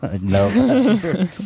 No